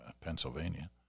Pennsylvania